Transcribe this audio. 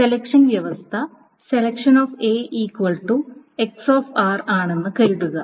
selection വ്യവസ്ഥ ആണെന്ന് കരുതുക